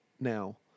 now